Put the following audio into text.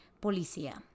policía